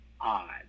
odd